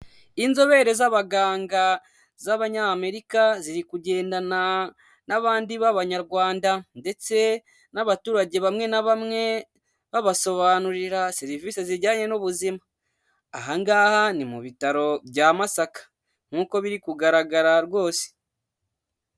Inzobere z'abaganga z'abanyamerika ziri kugendana n'abandi b'abanyarwanda, ndetse n'abaturage bamwe na bamwe babasobanurira serivise zijyanye n'ubuzima, aha ngaha ni mu bitaro bya Masaka nk'uko biri kugaragara rwose.